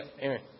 Aaron